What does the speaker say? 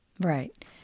Right